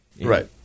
Right